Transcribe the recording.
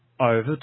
over